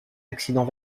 accident